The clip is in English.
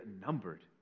numbered